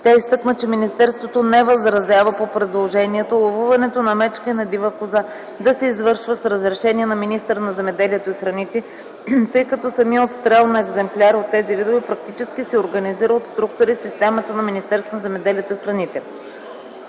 Тя изтъкна, че министерството не възразява по предложението ловуването на мечка и на дива коза да се извършва с разрешение на министъра на земеделието и храните, тъй като самият отстрел на екземпляри от тези видове практически се организира от структури в системата на Министерството на земеделието и храните.